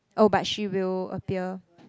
oh but she will appear